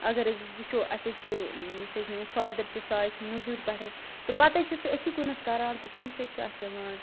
اگر أسۍ وُچھو اسہِ حظ چھُ یُس حظ میٛون فادر چھُ سُہ حظ چھُ مزوٗرۍ پٮ۪ٹھٕے تہٕ پتہٕ حظ چھُ سُہ أتھۍ کُن کَران تہٕ تٔمِس حظ چھُ اَتھ یِوان